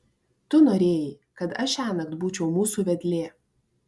tu norėjai kad aš šiąnakt būčiau mūsų vedlė